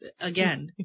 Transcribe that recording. Again